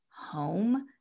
home